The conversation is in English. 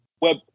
web